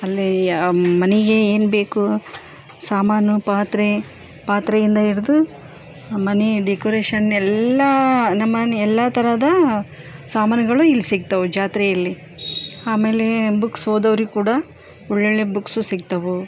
ಅಲ್ಲೇ ಯ ಮನೆಗೆ ಏನು ಬೇಕು ಸಾಮಾನು ಪಾತ್ರೆ ಪಾತ್ರೆಯಿಂದ ಹಿಡ್ದು ಮನೆ ಡೆಕೋರೇಷನ್ ಎಲ್ಲ ನಮನ್ನ ಎಲ್ಲ ಥರದ ಸಾಮಾನುಗಳು ಇಲ್ಲಿ ಸಿಕ್ತವೆ ಜಾತ್ರೆಯಲ್ಲಿ ಆಮೇಲೆ ಬುಕ್ಸ್ ಓದೋವ್ರಿಗೆ ಕೂಡ ಒಳ್ಳೊಳ್ಳೆ ಬುಕ್ಸು ಸಿಕ್ತವೆ